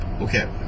Okay